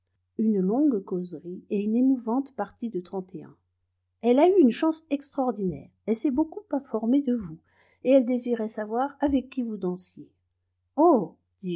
une longue causerie et une émouvante partie de trente et un elle a eu une chance extraordinaire elle s'est beaucoup informée de vous et elle désirait savoir avec qui vous dansiez oh